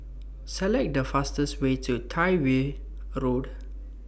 Select The fastest Way to Tyrwhitt Road